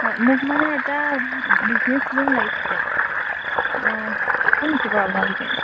হয় মোক মানে এটা বিজনেচ লোন লাগিছিলে দিব নেকি বাৰু আপোনালোকে